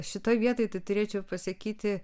šitoje vietoj tai turėčiau pasakyti